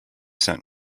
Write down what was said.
sent